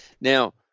Now